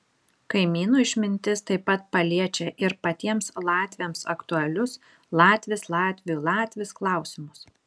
kaimynų išmintis taip pat paliečia ir patiems latviams aktualius latvis latviui latvis klausimus